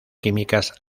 químicas